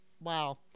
Wow